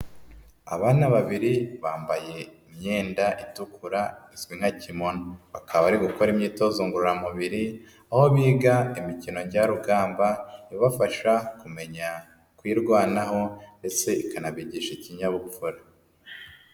Abana babiri bambaye imyenda itukura izwi nka kimono, bakaba bari gukora imyitozo ngororamubiri aho biga imikino njyarugamba ibafasha kumenya kwirwanaho ndetse ikanabigisha ikinyabupfura.